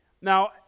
Now